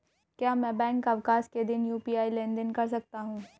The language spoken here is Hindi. क्या मैं बैंक अवकाश के दिन यू.पी.आई लेनदेन कर सकता हूँ?